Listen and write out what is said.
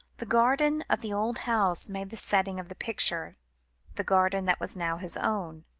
the garden of the old house made the setting of the picture the garden that was now his own,